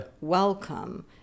welcome